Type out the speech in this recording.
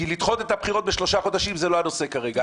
כי לדחות את הבחירות בשלושה חודשים זה לא הנושא כרגע.